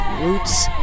Roots